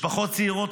משפחות צעירות,